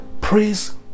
Praise